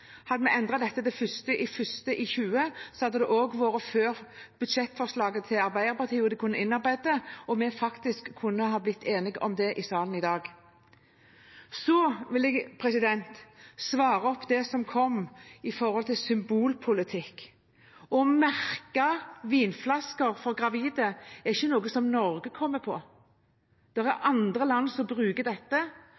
hadde vi endret dette til 1. januar 2020, hadde det også vært før budsjettforslaget fra Arbeiderpartiet, og de kunne ha innarbeidet det, og vi kunne da faktisk blitt enige om dette i salen i dag. Jeg vil svare på det som ble sagt om symbolpolitikk: Å merke vinflasker av hensyn til gravide er ikke noe som Norge har kommet på; det er